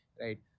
right